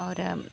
और